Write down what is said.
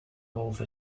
over